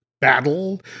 battle